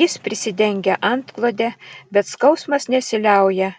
jis prisidengia antklode bet skausmas nesiliauja